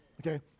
Okay